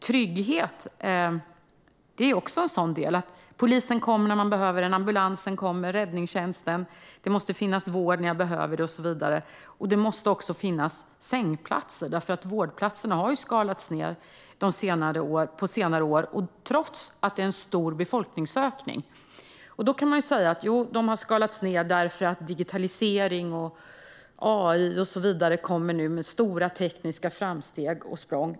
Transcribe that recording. Trygghet är att polis, ambulans och räddningstjänst kommer när man behöver och att det finns vård när man behöver och så vidare. Det måste också finnas sängplatser. Antalet vårdplatser har minskat på senare år, trots en stor befolkningsökning. Man säger att de har minskat för att digitalisering och AI kommer med stora tekniska framsteg.